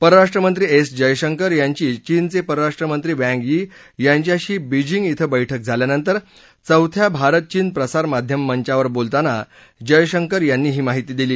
परराष्ट्रमंत्री एस जयशंकर यांची चीनचे परराष्ट्रमंत्री वँग यी यांच्याशी बीजिंग इथं बैठक झाल्यानंतर चौथ्या भारत चीन प्रसारमाध्यम मंचावर बोलताना जयशंकर यांनी ही माहिती दिली